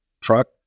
truck